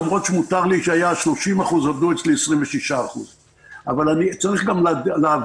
למרות שהיה מותר לי 30% עבדו אצלי 26%. צריך להבין